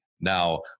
Now